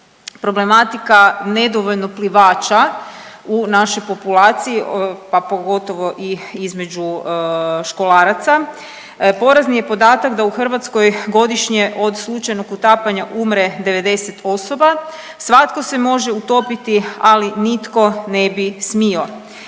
problematika nedovoljno plivača u našoj populaciji, pa pogotovo i između školaraca. Porazni je podatak da u Hrvatskoj godišnje od slučajnog utapanja umre 90 osoba, svatko se može utopiti, ali nitko ne bi smio.